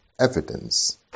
evidence